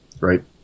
right